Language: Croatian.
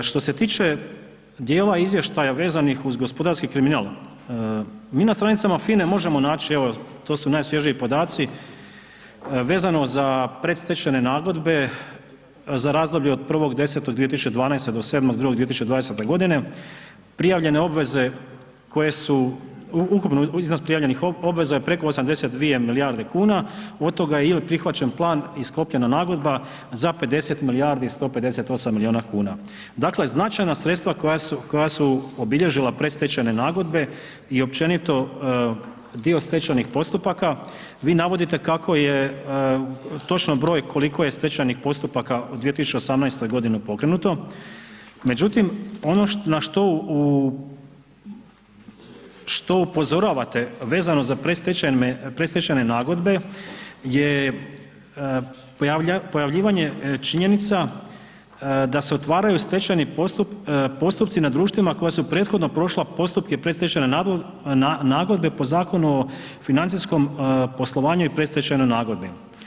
Što se tiče dijela izvještaja vezanih uz gospodarski kriminal, mi na stranicama FINA-e možemo naći, evo to su najsvježiji podaci vezano za predstečajne nagodbe za razdoblje od 1.10.2012. do 7.2.2020. godine prijavljene obveze, ukupan iznos prijavljenih obveza je preko 82 milijarde kuna, od toga je ili prihvaćen plan i sklopljena nagodba za 50 milijardi i 158 milijuna kuna, dakle značajna sredstva koja su obilježila predstečajne nagodbe i općenito dio stečajnih postupaka vi navodite kako je točno broj koliko je stečajnih postupaka u 2018.g. pokrenuto, međutim ono na što, što upozoravate vezano za predstečajne nagodbe je pojavljivanje činjenica da se otvaraju stečajni postupci nad društvima koja su prethodno prošla postupke predstečajne nagodbe po Zakonu o financijskom poslovanju i predstečajnoj nagodbi.